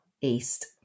East